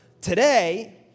Today